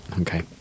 Okay